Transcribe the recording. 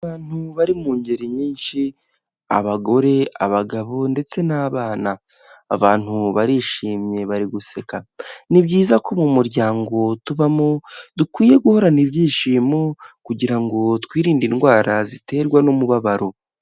Abantu bari mu ngeri nyinshi abagore, abagabo ndetse n'abana. Abantu barishimye bari guseka, ni byiza ko mu muryango tubamo dukwiye guhorana ibyishimo kugira ngo twirinde indwara ziterwa n'umubabaro.